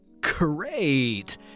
Great